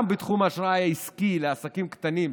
גם לתחום האשראי העסקי לעסקים קטנים,